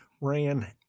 ran